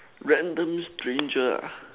random stranger ah